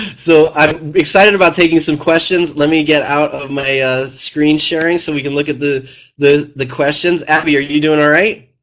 so um excited about taking some questions. let me get out of my ah screen sharing so we can look at the the questions. abby, are you doing alright?